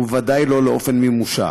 וודאי לא לאופן מימושה.